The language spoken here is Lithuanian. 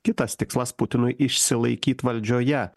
kitas tikslas putinui išsilaikyt valdžioje